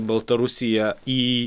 baltarusiją į